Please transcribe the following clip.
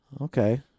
Okay